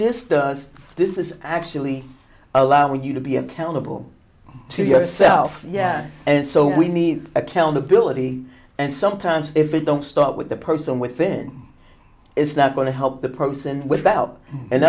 disturb us this is actually allowing you to be accountable to yourself yeah and so we need accountability and sometimes if we don't start with the person within is not going to help the person with